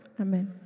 Amen